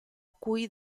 cui